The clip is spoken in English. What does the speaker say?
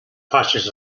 patches